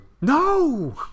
No